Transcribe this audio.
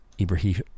Ibrahim